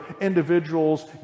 individuals